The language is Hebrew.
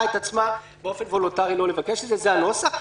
את עצמה באופן וולנטרי לא לבקש את זה זה הנוסח.